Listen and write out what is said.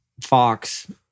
Fox